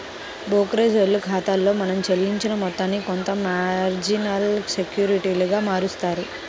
బోకరేజోల్ల ఖాతాలో మనం చెల్లించిన మొత్తాన్ని కొంత మార్జినబుల్ సెక్యూరిటీలుగా మారుత్తారు